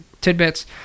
tidbits